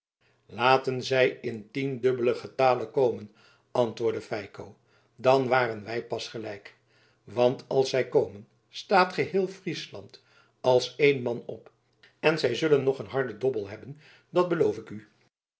laten zij in tiendubbelen getale komen antwoordde feiko dan waren wij pas gelijk want als zij komen staat geheel friesland als één man op en zij zullen nog een harden dobbel hebben dat beloof ik u